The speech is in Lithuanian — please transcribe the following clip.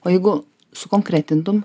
o jeigu sukonkretintum